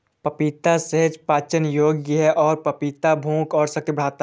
पपीता सहज पाचन योग्य है और पपीता भूख और शक्ति बढ़ाता है